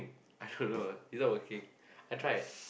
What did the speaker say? I should know ah it's not working I tried